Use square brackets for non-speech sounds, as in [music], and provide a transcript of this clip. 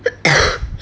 [coughs]